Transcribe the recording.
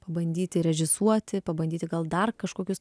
pabandyti režisuoti pabandyti gal dar kažkokius